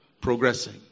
progressing